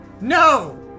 No